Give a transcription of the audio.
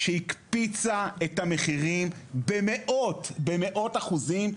שהקפיצה את המחירים במאות אחוזים.